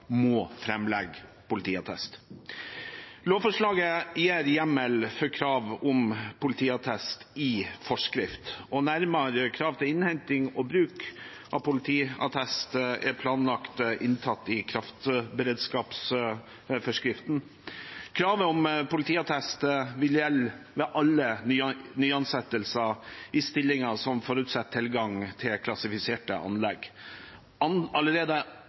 må framlegge politiattest. Lovforslaget gir hjemmel for krav om politiattest i forskrift, og nærmere krav til innhenting og bruk av politiattest er planlagt inntatt i kraftberedskapsforskriften. Kravet om politiattest vil gjelde ved alle nyansettelser i stillinger som forutsetter tilgang til klassifiserte anlegg. Allerede